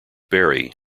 berry